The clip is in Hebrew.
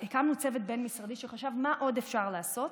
הקמנו צוות בין-משרדי שחשב מה עוד אפשר לעשות,